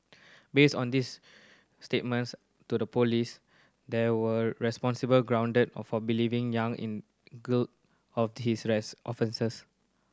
based on this statements to the police there were reasonable ground of for believing Yang in of his race offences